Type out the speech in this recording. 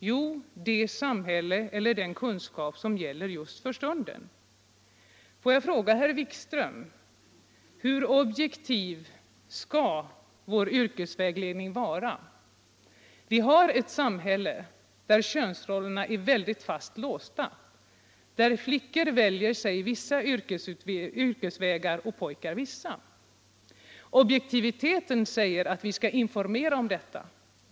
Jo, det samhälle eller den kunskap som gäller just för stunden. Anslag till det Jag vill fråga herr Wikström: Hur objektiv skall vår yrkesvägledning «obligatoriska vara? Vi har ett samhälle där könsrollerna är väldigt fast låsta. där flickor — skolväsendet m.m. väljer sig vissa yrkesvägar och pojkar vissa. Objektiviteten säger att vi skall informera om detta.